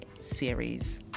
Series